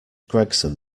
gregson